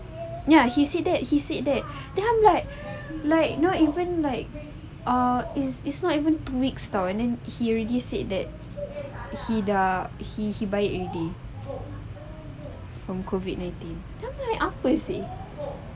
ya he said that he said that then I'm like like no even like ah is is not even two week [tau] and he already said that he dah he he baik already from COVID nineteen I'm like apa seh